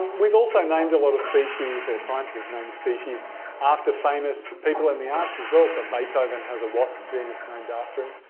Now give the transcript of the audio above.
we've also named a lot of species, or scientists have named species after famous people in the arts as well. so beethoven has a wasp genus named after him.